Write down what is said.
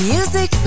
Music